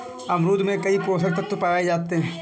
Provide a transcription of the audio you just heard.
अमरूद में कई पोषक तत्व पाए जाते हैं